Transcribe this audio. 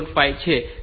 5 છે